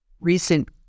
recent